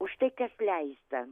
už tai kas leista